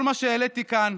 כל מה שהעליתי כאן,